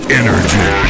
energy